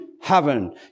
heaven